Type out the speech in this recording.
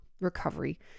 recovery